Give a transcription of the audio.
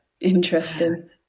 Interesting